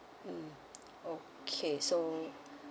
mm okay so